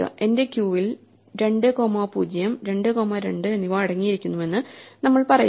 എന്റെ ക്യൂവിൽ 2 comma 0 2 comma 2 എന്നിവ അടങ്ങിയിരിക്കുന്നുവെന്ന് നമ്മൾ പറയുന്നു